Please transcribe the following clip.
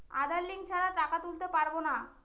আধার link ছাড়া টাকা তুলতে পারব না?